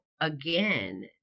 again